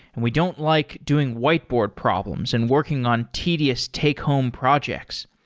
and we don't like doing whiteboard problems and working on tedious take home projects.